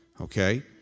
okay